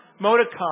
modicum